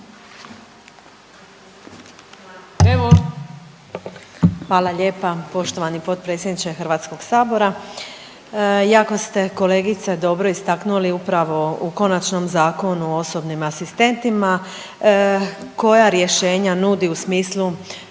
Hvala lijepa poštovani potpredsjedniče HS-a, jako ste, kolegice, dobro istaknuli upravo u konačnom zakonu o osobnim asistentima koja rješenja nudi u smislu